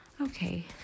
Okay